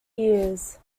years